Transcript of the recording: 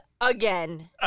again